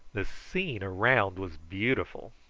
the scene around was beautiful,